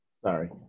sorry